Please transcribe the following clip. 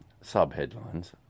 sub-headlines